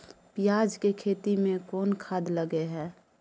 पियाज के खेती में कोन खाद लगे हैं?